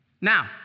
Now